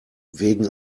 wegen